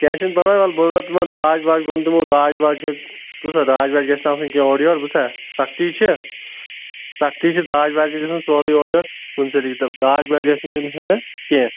کینہہ چھُنہٕ پرواے ول بہٕ دپہٕ تِمن داج واج ووٚن تِمو داج واج ہٮ۪تھ بوٗزتھا داج واج گَژھِ نہٕ آسُن کینہہ اورٕ یور بوٗزتھا سختی چھِ سختی چھِ داج واج نہٕ سورٕے اورٕ یورٕ کُنہِ طریٖقہٕ تہٕ داج واج گَژھِ نہٕ یُن ہٮ۪نہٕ کینٛہہ